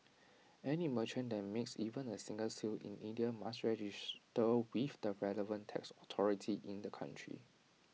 any merchant that makes even A single sale in India must register with the relevant tax authority in the country